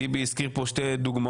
טיבי הזכיר כאן שתי דוגמאות.